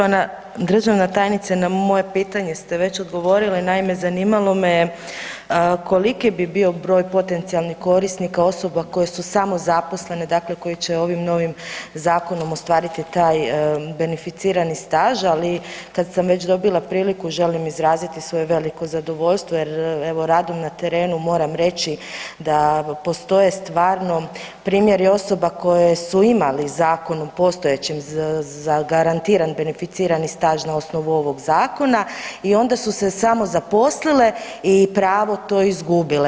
Poštovana državna tajnice na moje pitanje ste već odgovorili, naime zanimalo me je koliki bi bio broj potencijalnih korisnika osoba koje su samozaposlene, dakle koje će ovim novim zakonom ostvariti taj beneficirani staž, ali kad sam već dobila priliku želim izraziti svoje veliko zadovoljstvo jer evo radom na terenu moram reći da postoje stvarno primjeri osoba koje su imali zakon u postojećem zagarantiran beneficiran staž na osnovu ovoga zakona i onda su se samozaposlile i pravo to izgubile.